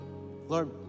Lord